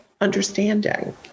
understanding